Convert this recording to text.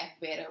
better